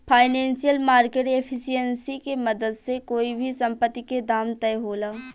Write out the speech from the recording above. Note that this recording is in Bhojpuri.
फाइनेंशियल मार्केट एफिशिएंसी के मदद से कोई भी संपत्ति के दाम तय होला